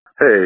Hey